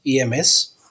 EMS